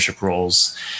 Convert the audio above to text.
roles